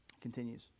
Continues